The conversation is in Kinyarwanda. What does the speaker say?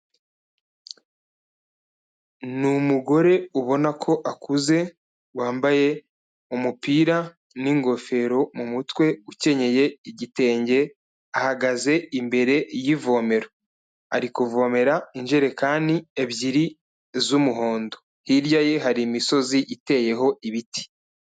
Ni umugore ubona ko akuze wambaye umupira n'ingofero mu mutwe, ukenyeye igitenge ahagaze imbere y'ivomero. Ari kuvomera injerekani ebyiri z'umuhondo, hirya ye hari imisozi iteyeho ibiti.